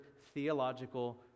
theological